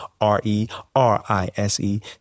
r-e-r-i-s-e